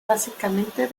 básicamente